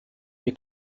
wir